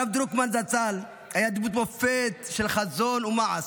הרב דרוקמן זצ"ל היה דמות מופת של חזון ומעש.